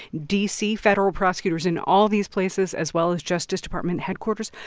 d c. federal prosecutors in all these places, as well as justice department headquarters,